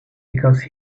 because